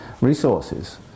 resources